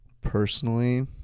Personally